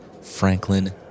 Franklin